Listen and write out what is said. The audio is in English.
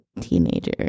teenager